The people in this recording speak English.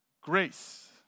Grace